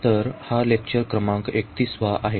तर हा लेक्चर क्रमांक 31 आहे